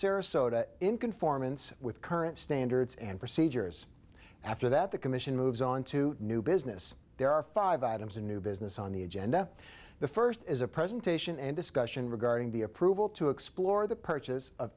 sarasota in conformance with current standards and procedures after that the commission moves on to new business there are five items in new business on the agenda the first is a presentation and discussion regarding the approval to explore the purchase